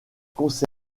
conservé